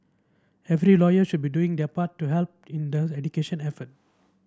every lawyer should be doing their part to help in the education effort